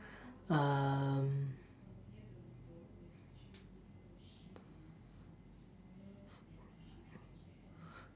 um